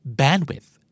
bandwidth